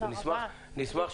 תודה רבה.